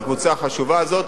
בקבוצה החשובה הזאת,